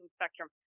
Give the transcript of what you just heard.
spectrum